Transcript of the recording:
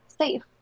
safe